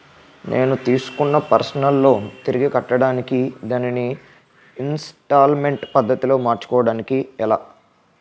నేను తిస్కున్న personal loan తిరిగి కట్టడానికి దానిని ఇంస్తాల్మేంట్ పద్ధతి లో మార్చుకోవడం ఎలా?